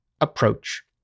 approach